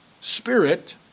spirit